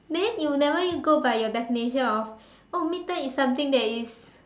then you never use go by your definition of oh midterms is something that is